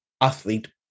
athlete